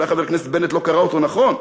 אולי חבר הכנסת בנט לא קרא אותו נכון.